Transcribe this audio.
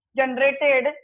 generated